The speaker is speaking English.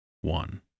one